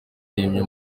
yimye